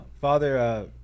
Father